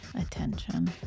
Attention